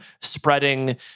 spreading